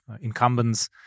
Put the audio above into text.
incumbents